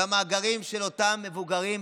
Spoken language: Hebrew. המאגרים של אותם מבוגרים,